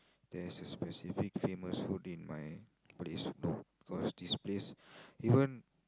there's a specific famous food in my place no cause this place even